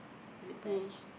is it pear